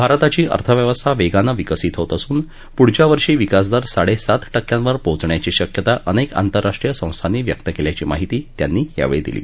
भारताची अर्थव्यवस्था वर्तिनं विकसित होत असून पुढच्या वर्षी विकासदर साड्यातीत टक्क्यांवर पोहोचण्याची शक्यता अनक्त आंतरराष्ट्रीय संस्थांनी व्यक्त कल्याची माहिती त्यांनी यावछी दिली